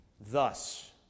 Thus